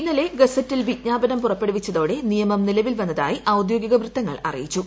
ഇന്നലെ ഗസറ്റിൽ വിജ്ഞാപനം പുറപ്പെടുവിച്ചതോടെ നിയമം നിലവിൽ വന്നതായി ഔദ്യോഗിക വൃത്തങ്ങൾ അറിയിച്ചു